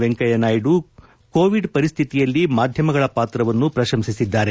Venkaiah Naidu Covid ಪರಿಸ್ಥಿತಿಯಲ್ಲಿ ಮಾಧ್ಯಮಗಳ ಪಾತ್ರವನ್ನು ಪ್ರಶಂಸಿಸಿದ್ದಾರೆ